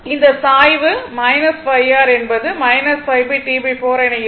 இந்த சாய்வு 5 r என்பது 5 T4 என இருக்கும்